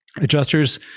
Adjusters